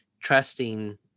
trusting